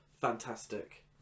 Fantastic